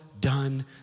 done